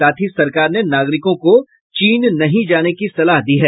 साथ ही सरकार ने नागरिकों को चीन नहीं जाने की सलाह दी है